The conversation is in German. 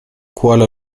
kuala